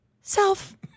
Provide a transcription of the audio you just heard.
Self